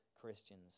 Christians